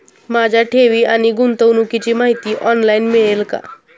माझ्या ठेवी आणि गुंतवणुकीची माहिती ऑनलाइन मिळेल का?